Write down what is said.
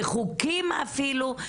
בחוקים אפילו,